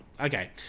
Okay